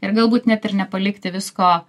ir galbūt net ir nepalikti visko